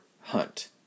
Hunt